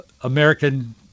American